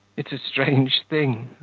it's a strange thing!